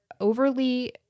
overly